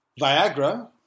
Viagra